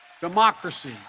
Democracy